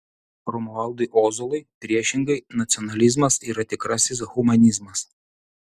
romualdui ozolui priešingai nacionalizmas yra tikrasis humanizmas